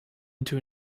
into